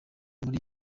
muri